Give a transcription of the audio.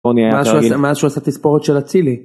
מאז שהוא עשה תספורת של אצילי